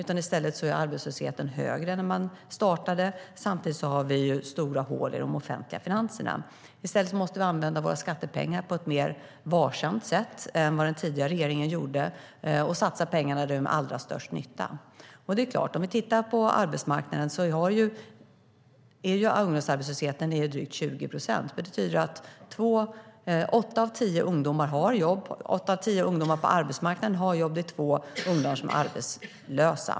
I stället är arbetslösheten högre än när man startade skattesänkningarna samtidigt som det är stora hål i de offentliga finanserna. Ungdomsarbetslösheten är drygt 20 procent. Det betyder att åtta av tio ungdomar på arbetsmarknaden har jobb. Det betyder att det är två ungdomar som är arbetslösa.